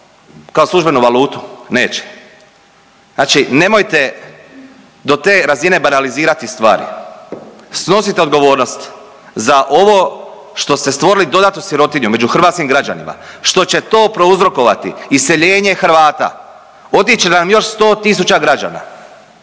kao službenu valutu? Neće. Znači nemojte do te razine banalizirati stvari. Snosite odgovornost za ovo što ste stvorili dodatnu sirotinju među hrvatskim građanima, što će to prouzrokovati iseljenje Hrvata. Otić će nam još 100 tisuća građana.